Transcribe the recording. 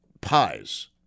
Pies